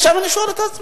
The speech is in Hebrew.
עכשיו, אני שואל את עצמי